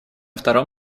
втором